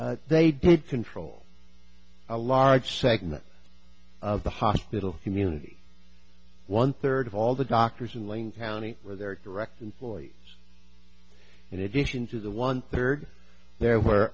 y they did control a large segment of the hospital community one third of all the doctors in ling county where there are direct employees in addition to the one third there were